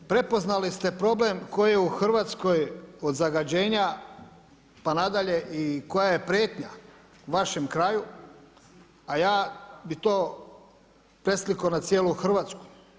Prepoznali ste problem koji je u Hrvatskoj od zagađenja pa nadalje i koja je prijetnja u vašem kraju, a ja bi to preslikao na cijelu Hrvatsku.